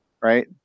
right